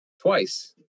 twice